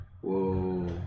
whoa